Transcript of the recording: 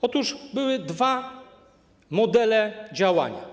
Otóż były dwa modele działania.